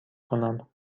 کنم